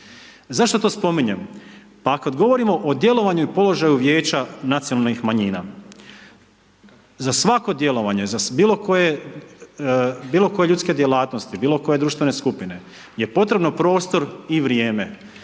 Zašto to spominjem? Pa kada govorimo o djelovanju i položaju vijeća nacionalnih manjina, za svako djelovanje, za bilo koje ljudske djelatnosti, bilo koje društvene skupine, je potrebno prostor i vrijeme